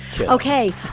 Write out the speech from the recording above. Okay